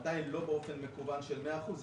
עדיין לא באופן מקוון של מאה אחוז.